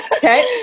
Okay